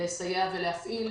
לסייע ולהפעיל,